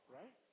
right